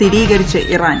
സ്ഥിരീകരിച്ച് ഇറാൻ